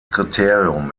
kriterium